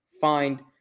find